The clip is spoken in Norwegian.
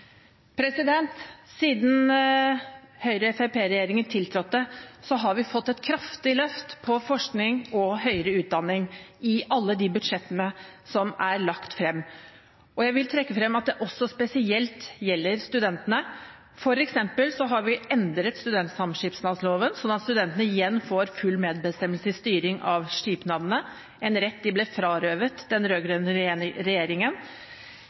studiekvalitet. Siden Høyre–Fremskrittsparti-regjeringen tiltrådte, har vi fått et kraftig løft for forskning og høyere utdanning i alle de budsjettene som er lagt frem. Jeg vil trekke frem at det også spesielt gjelder studentene. For eksempel har vi endret studentsamskipnadsloven, slik at studentene igjen får full medbestemmelse i styring av skipnadene – en rett de ble frarøvet av den rød-grønne regjeringen.